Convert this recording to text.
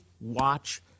watch